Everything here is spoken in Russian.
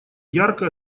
ярко